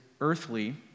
earthly